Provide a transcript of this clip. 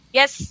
yes